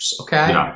Okay